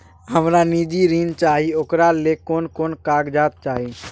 हमरा निजी ऋण चाही ओकरा ले कोन कोन कागजात चाही?